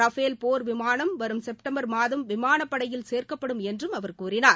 Rafale போர் விமானம் வரும் செப்டம்பர் மாதம் விமானப் படையில் சேர்க்கப்படும் என்றும் அவர் கூறினார்